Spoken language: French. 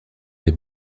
les